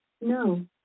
No